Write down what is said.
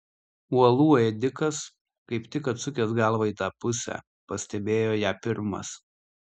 uolų ėdikas kaip tik atsukęs galvą į tą pusę pastebėjo ją pirmas